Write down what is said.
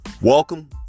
Welcome